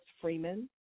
Freeman